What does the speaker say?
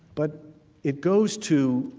but it goes too